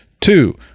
Two